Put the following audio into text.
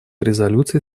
резолюций